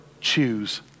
choose